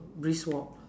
brisk walk